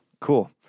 cool